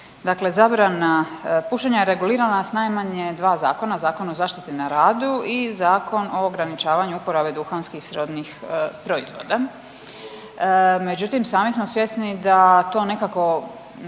dakle zabrana pušenja je regulirana s najmanje dva zakona, Zakon o zaštiti na radu i Zakon o ograničavanju uporabe duhanskih i srodnih proizvoda, međutim sami smo svjesni da to nekako